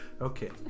okay